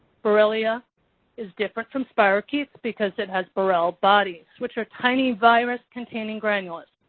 borrelia is different from spirochetes because it has borrel bodies, which are tiny virus-containing granules,